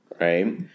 Right